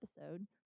episode